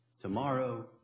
tomorrow